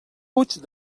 puig